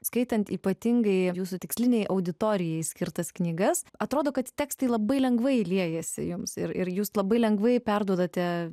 skaitant ypatingai jūsų tikslinei auditorijai skirtas knygas atrodo kad tekstai labai lengvai liejasi jums ir ir jūs labai lengvai perduodate